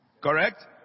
correct